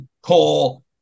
call